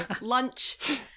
lunch